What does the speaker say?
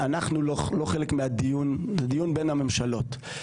אנחנו לא חלק מהדיון, זה דיון בין הממשלות.